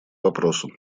вопросу